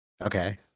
Okay